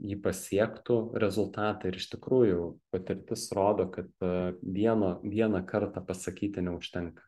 ji pasiektų rezultatą ir iš tikrųjų patirtis rodo kad vieno vieną kartą pasakyti neužtenka